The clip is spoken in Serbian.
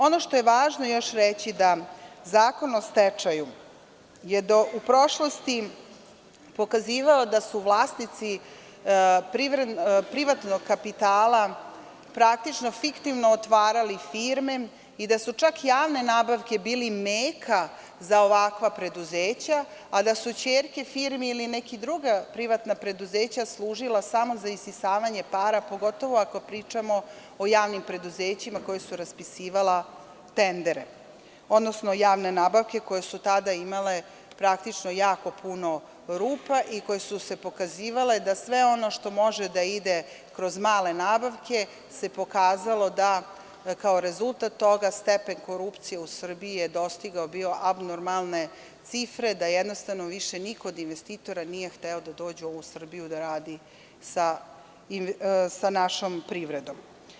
Ono što je važno još reći, jeste da je Zakon o stečaju u prošlosti pokazivao da su vlasnici privatnog kapitala praktično fiktivno otvarali firme i da su čak javne nabavke bile meka za ovakva preduzeća, a da su ćerke firmi ili neka druga privatna preduzeća služila samo za isisavanje para, pogotovo ako pričamo o javnim preduzećima koja su raspisivala tendere, odnosno javne nabavke koje su tada imale praktično jako puno rupa i koje su pokazivale da sve ono što može da ide kroz male nabavke se pokazalo da kao rezultat toga stepen korupcije u Srbiji je dostigao bio abnormalne cifre, da jednostavno više niko od investitora nije hteo da dođe u Srbiju da radi sa našom privredom.